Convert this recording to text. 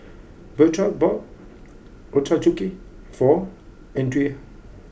Bertrand bought Ochazuke for Andria